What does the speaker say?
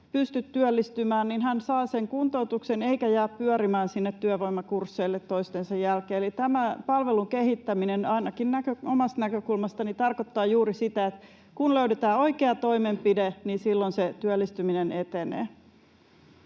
pystyy työllistymään, saa sen kuntoutuksen eikä jää pyörimään sinne työvoimakursseille toistensa jälkeen, eli tämä palvelun kehittäminen ainakin omasta näkökulmastani tarkoittaa juuri sitä, että kun löydetään oikea toimenpide, niin silloin se työllistyminen etenee.